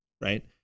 Right